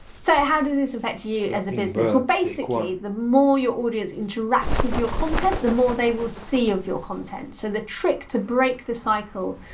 so how does this affect you as a business? well basically the more your audience interacts with your content, the more they will see of your content, so the trick to break the cycle,